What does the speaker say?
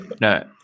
No